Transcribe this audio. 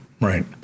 right